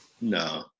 No